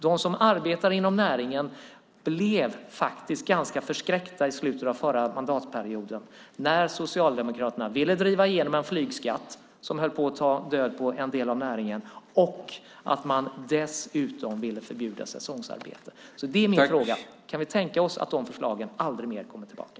De som arbetar inom näringen blev faktiskt ganska förskräckta i slutet av den förra mandatperioden när Socialdemokraterna ville driva igenom en flygskatt som höll på att ta död på en del av näringen. Dessutom ville man förbjuda säsongsarbete. Min fråga är: Kan vi tänka oss att de förslagen aldrig mer kommer tillbaka?